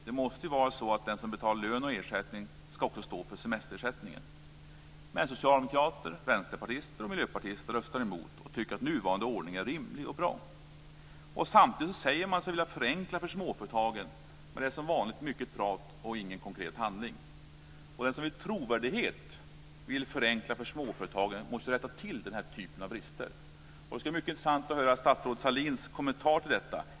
Det måste vara så att den som betalar lön och ersättning också ska stå för semesterersättningen. Men socialdemokrater, vänsterpartister och miljöpartister röstar emot och tycker att nuvarande ordning är rimlig och bra. Samtidigt säger man sig vilja förenkla för småföretagen, men det är som vanligt mycket prat och ingen konkret handling. Den som med trovärdighet vill förenkla för småföretagarna måste rätta till denna typ av brister. Det ska bli mycket intressant att höra statsrådets Sahlins kommentar till detta.